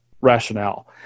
rationale